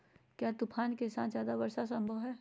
क्या तूफ़ान के साथ वर्षा जायदा संभव है?